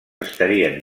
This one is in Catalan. estarien